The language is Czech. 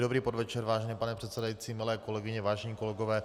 Dobrý podvečer, vážený pane předsedající, milé kolegyně, vážení kolegové.